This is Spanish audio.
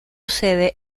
sede